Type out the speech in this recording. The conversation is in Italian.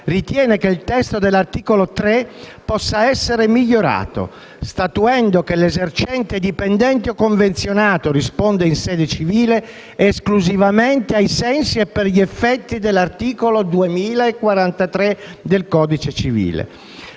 ritiene che il testo dell'articolo 3 possa essere migliorato, statuendo che l'esercente, dipendente o convenzionato, risponde in sede civile esclusivamente ai sensi e per gli effetti dell'articolo 2043 del codice civile,